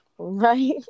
Right